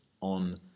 on